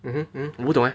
mmhmm mmhmm 我不懂 eh